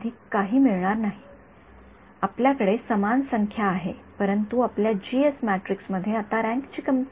विद्यार्थी होय परंतु तरीही आपल्याकडे अद्याप एक समान संख्या आहे आपल्याकडे समान संख्या आहे परंतु आपल्या मॅट्रिक्स मध्ये आता रँकची कमतरता आहे